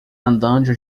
andando